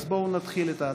אז בואו נתחיל את ההצבעה.